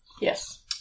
Yes